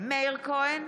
מאיר כהן,